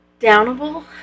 downable